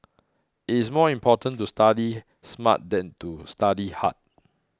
it is more important to study smart than to study hard